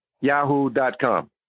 yahoo.com